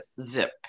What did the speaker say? zip